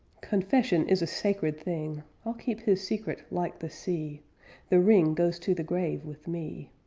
confession is a sacred thing! i'll keep his secret like the sea the ring goes to the grave with me.